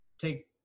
take